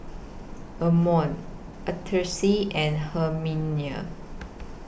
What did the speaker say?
Amon Artis and Herminia